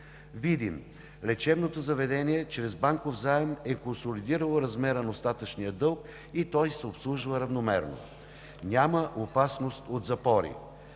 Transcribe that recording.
заем лечебното заведение е консолидирало размера на остатъчния дълг и той се обслужва равномерно, няма опасност от запори.